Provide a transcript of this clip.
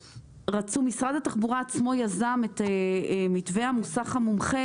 משרד התחבורה בעצמו יזם את מתווה המוסך המומחה